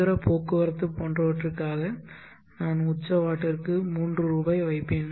இதர போக்குவரத்து போன்றவற்றிற்காக நான் உச்ச வாட்டிற்கு 3 ரூபாய் வைப்பேன்